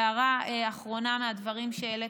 והערה אחרונה לדברים שהעלית,